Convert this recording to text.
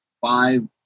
five